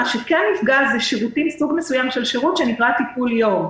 מה שכן נפגע זה סוג מסוים של שירות שנקרא טיפול יום,